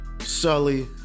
Sully